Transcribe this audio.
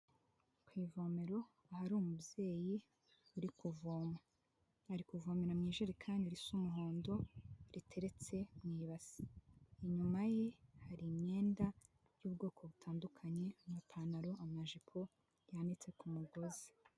Ku ivomero ahari umubyeyi uri kuvoma, ari kuvomera mu ijerekani risa umuhondo riteretse mu ibase, inyuma ye hari imyenda y'ubwoko butandukanye, amapantalo, amajipo yanitse ku mugozi.